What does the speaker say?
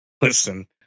Listen